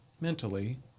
mentally